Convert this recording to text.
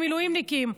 על המילואימניקים,